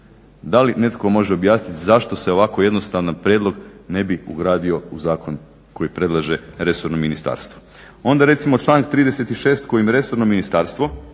Da li netko može objasniti zašto se ovako jednostavan prijedlog ne bi ugradio u zakon koji predlaže resorno ministarstvo. Onda recimo članak 36. kojim resorno ministarstvo,